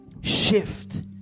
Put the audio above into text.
Shift